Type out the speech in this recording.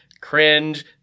cringe